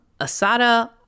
Asada